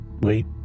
Wait